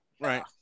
right